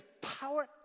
power